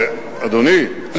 אדוני,